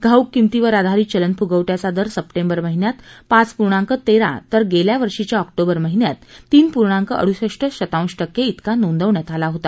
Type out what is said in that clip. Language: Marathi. घाऊक किंमतेवर आधारित चलन फुगवट्याचा दर सप्टेंबर महिन्यात पाच पूर्णांक तेरा तर गेल्या वर्षीच्या ऑक्टोबर महिन्यात तीन पूर्णांक अडुसष्ठ शतांश टक्के त्रेका नोंदवण्यात आला होता